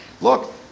look